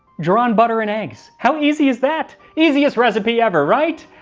drawn butter, and eggs how easy is that! easiest recipe ever right?